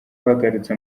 bagarutse